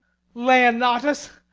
leonatus?